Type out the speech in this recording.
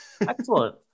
Excellent